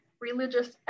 Religious